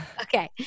Okay